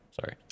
Sorry